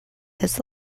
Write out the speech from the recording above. his